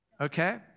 Okay